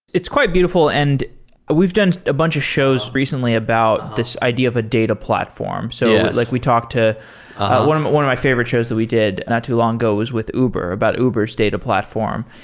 it's quite beautiful, and we've done a bunch of shows recently about this idea data platform. so like we talked to one of but one of my favorite shows that we did not too long ago was with uber, about uber s data platform,